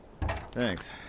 Thanks